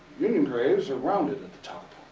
union graves are rounded at the top.